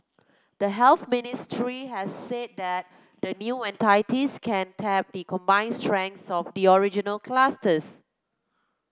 the Health Ministry has said that the new entities can tap the combined strengths of the original clusters